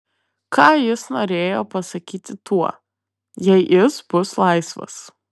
ką jis norėjo pasakyti tuo jei jis bus laisvas